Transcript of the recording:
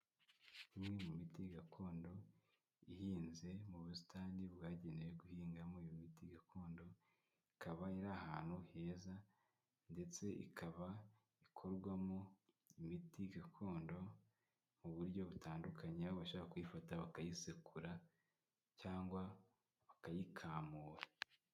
Imwe mu miti gakondo ihinze mu busitani bwagenewe guhingamo imiti gakondo, ikaba ari ahantu heza. Ndetse ikaba ikorwamo imiti gakondo mu buryo butandukanye, bashobora kuyifata bakayisekura cyangwa bakayikamura.